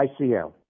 ICL